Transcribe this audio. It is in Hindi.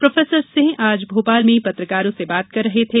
प्रोफेसर सिंह आज भोपाल में पत्रकारों से बात कर रहे थे